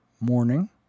morning